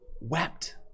wept